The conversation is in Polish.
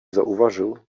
zauważył